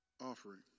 offering